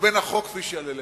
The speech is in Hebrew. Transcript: ובין החוק כפי שיעלה.